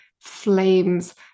flames